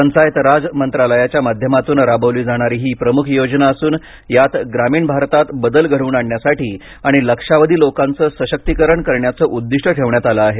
पंचायत राज मंत्रालयाच्या माध्यमातून राबवली जाणारी ही प्रमुख योजना असून यात ग्रामीण भारतात बदल घडवून आणण्यासाठी आणि लक्षावधी लोकांच सशक्तीकारण करण्याचं उद्दिष्ट ठेवण्यात आलं आहे